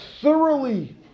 thoroughly